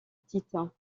petites